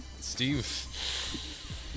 Steve